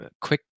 quick